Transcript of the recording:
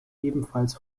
ebenfalls